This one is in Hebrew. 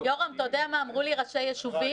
יורם, אתה יודע מה אמרו לי ראשי יישובים?